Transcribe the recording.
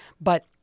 But-